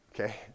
Okay